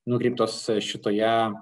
nukreiptos šitoje